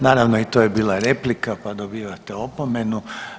Naravno i to je bila replika, pa dobivate opomenu.